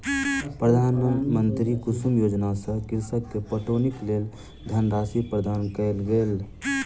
प्रधानमंत्री कुसुम योजना सॅ कृषक के पटौनीक लेल धनराशि प्रदान कयल गेल